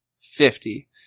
Fifty